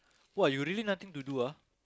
!wah! you really nothing to do ah